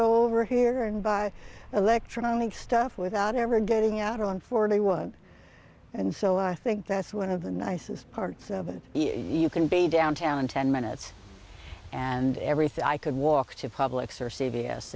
go over here and buy electronic stuff without ever getting out on forty would and so i think that's one of the nicest parts you can be downtown in ten minutes and everything i could walk to publix or c